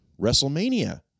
WrestleMania